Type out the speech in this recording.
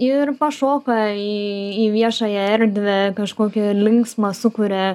ir pašoka į į viešąją erdvę kažkokį linksmą sukuria